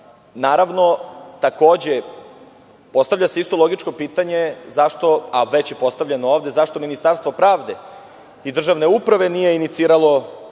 tim. Naravno, postavlja se isto logičko pitanje zašto, a već je postavljeno ovde, Ministarstvo pravde i državne uprave nije iniciralo